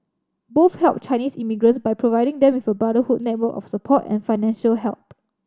both helped Chinese immigrants by providing them with a brotherhood network of support and financial help